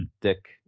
dick